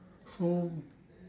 so